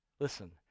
Listen